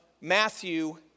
Matthew